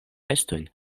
bestojn